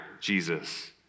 Jesus